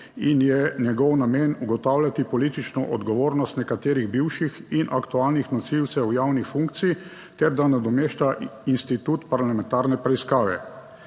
in je njegov namen ugotavljati politično odgovornost nekaterih bivših in aktualnih nosilcev javnih funkcij ter da nadomešča institut parlamentarne preiskave.